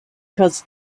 because